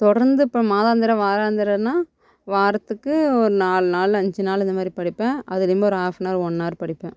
தொடர்ந்து இப்போ மாதாந்திர வாராந்திரனா வாரத்துக்கு ஒரு நாலு நாள் அஞ்சு நாள் அந்த மாதிரி படிப்பேன் அதுலேருந்து ஒரு ஆஃப்பனவர் ஒன்னவர் படிப்பேன்